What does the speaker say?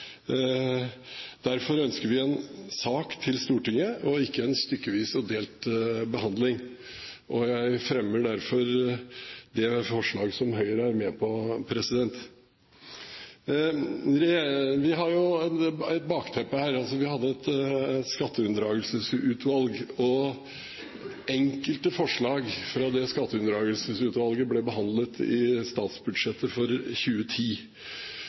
Derfor ønsker vi en sak til Stortinget og ikke en stykkevis og delt behandling, og jeg fremmer derfor det forslaget som Høyre er med på. Til bakteppet her: Vi hadde et skatteunndragelsesutvalg, og enkelte forslag fra det skatteunndragelsesutvalget ble behandlet i statsbudsjettet for 2010.